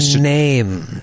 name